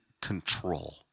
control